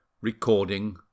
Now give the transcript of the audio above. Recording